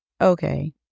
okay